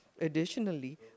Additionally